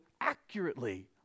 accurately